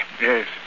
Yes